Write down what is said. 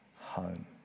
home